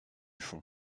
fond